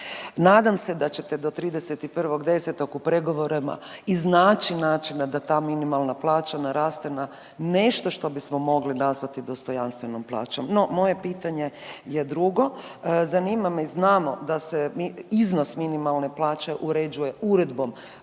Nadam se da ćete do 31.10. u pregovorima iznaći načina da ta minimalna plaća naraste na nešto što bismo mogli nazvati dostojanstvenom plaćom. No moje pitanje je drugo. Zanima me i znamo da se iznos minimalne plaće uređuje Uredbom